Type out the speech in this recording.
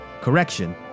Correction